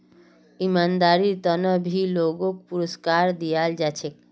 ईमानदारीर त न भी लोगक पुरुस्कार दयाल जा छेक